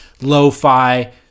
lo-fi